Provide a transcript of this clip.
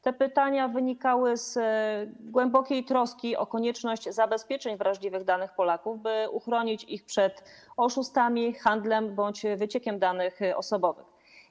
Te pytania wynikały z głębokiej troski o konieczność zabezpieczenia danych wrażliwych Polaków, by uchronić ich przed oszustami, handlem bądź wyciekiem danych osobowych.